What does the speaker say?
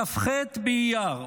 בכ"ח באייר,